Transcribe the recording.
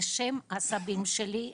זה שם הסבים שלי,